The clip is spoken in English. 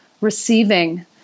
receiving